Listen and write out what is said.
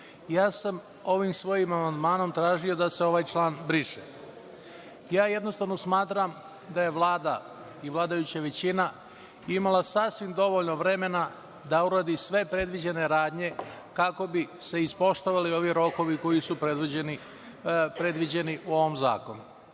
sektoru. Ovim svojim amandmanom sam tražio da se ovaj član briše. Jednostavno, smatram da je Vlada i vladajuća većina imala sasvim dovoljno vremena da uradi sve predviđene radnje kako bi se ispoštovali ovi rokovi koji su predviđeni u ovom zakonu.